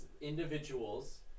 individuals